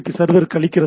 B server அளிக்கிறது